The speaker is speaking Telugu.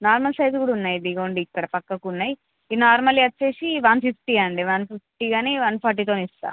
నార్మల్ సైజ్ కూడా ఉన్నాయి ఇదిగొనండి ఇక్కడ పక్కకి ఉన్నాయి ఈ నార్మల్ వచ్చి వన్ ఫిఫ్టీ అండి వన్ ఫిఫ్టీ కానీ వన్ ఫార్టీతోనే ఇస్తాను